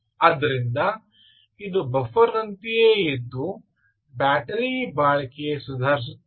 ಆದ್ದರಿಂದ ಇದು ಬಫರ್ ನಂತೆಯೇ ಇದ್ದು ಬ್ಯಾಟರಿ ಬಾಳಿಕೆ ಸುಧಾರಿಸುತ್ತದೆ